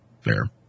Fair